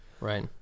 Right